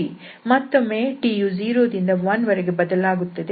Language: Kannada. ಮತ್ತೊಮ್ಮೆ tಯು 0 ದಿಂದ 1 ವರೆಗೆ ಬದಲಾಗುತ್ತದೆ